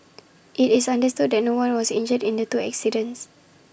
IT is understood that no one was injured in the two accidents